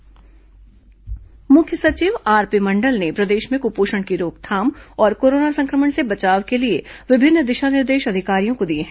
मुख्य सचिव बैठक मुख्य सचिव आरपी मंडल ने प्रदेश में कुपोषण की रोकथाम और कोरोना संक्रमण से बचाव के लिए विभिन्न दिशा निर्देश अधिकारियों को दिए हैं